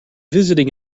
visiting